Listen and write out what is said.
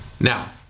Now